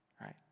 right